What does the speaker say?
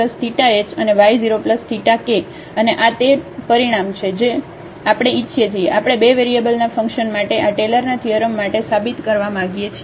તેથી x 0 θ h અને y 0 θ કે અને આ તે પરિણામ છે જે આપણે ઇચ્છીએ છીએ આપણે બે વેરિયેબલના ફંકશન માટે આ ટેલરના થીઅરમ માટે સાબિત કરવા માગીએ છીએ